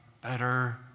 better